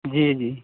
جی جی